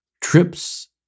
trips